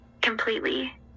completely